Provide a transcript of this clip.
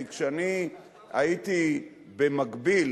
כי כשאני הייתי במקביל,